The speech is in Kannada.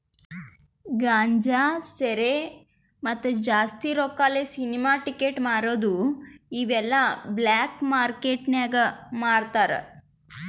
ಗಾಂಜಾ, ಶೇರಿ, ಮತ್ತ ಜಾಸ್ತಿ ರೊಕ್ಕಾಲೆ ಸಿನಿಮಾ ಟಿಕೆಟ್ ಮಾರದು ಇವು ಎಲ್ಲಾ ಬ್ಲ್ಯಾಕ್ ಮಾರ್ಕೇಟ್ ನಾಗ್ ಮಾರ್ತಾರ್